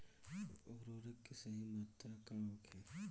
उर्वरक के सही मात्रा का होखे?